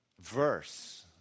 verse